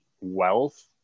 wealth